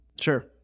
Sure